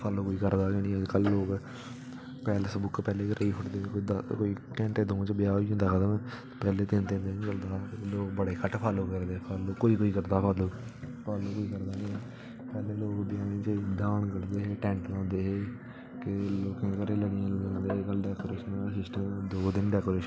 follow कीऽ निं करा दे लोग पैलेस पैह्लें कराई ओड़दे घैंटे दौं च होई जंदा खत्म पैह्लें लोक घट्ट करदे फॉलो कोई कोई करदा फॉलो फॉलो करना ऐ फॉलो करदे हे ड्हान कढदे हे टैंट लांदे हे ते डेकोरेशन दा सिस्टम दौं दिन दा कोई